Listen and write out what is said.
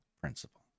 principle